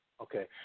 Okay